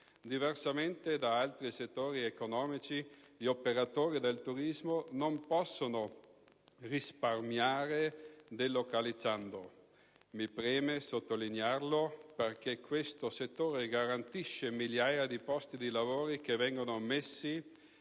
Diversamente da altri settori economici, gli operatori del turismo non possono risparmiare delocalizzando; mi preme sottolinearlo, perché questo settore garantisce migliaia di posti di lavoro che vengono messi